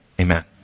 Amen